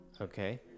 Okay